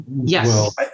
Yes